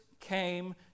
came